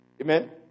Amen